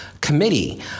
committee